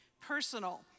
personal